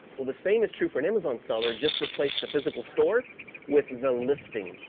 well, the same is true for an amazon seller, just replace the physical store with the listing.